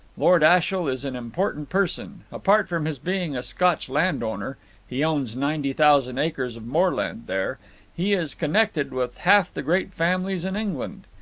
lord ashiel is an important person apart from his being a scotch landowner he owns ninety thousand acres of moorland there he is connected with half the great families in england.